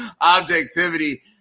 objectivity